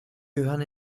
gehören